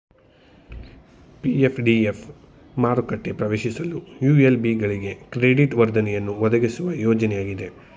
PF DF ಮಾರುಕೆಟ ಪ್ರವೇಶಿಸಲು ULB ಗಳಿಗೆ ಕ್ರೆಡಿಟ್ ವರ್ಧನೆಯನ್ನು ಒದಗಿಸುವ ಯೋಜ್ನಯಾಗಿದೆ